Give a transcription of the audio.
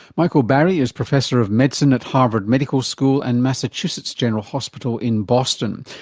michael barry is professor of medicine at harvard medical school and massachusetts general hospital in boston.